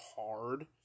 hard